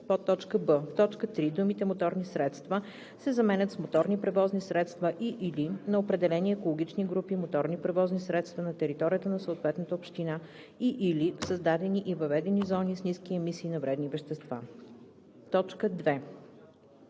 б) в т. 3 думите „моторни средства“ се заменят с „моторни превозни средства и/или на определени екологични групи моторни превозни средства на територията на съответната община и/или в създадени и въведени зони с ниски емисии на вредни вещества“. 2.